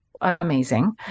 amazing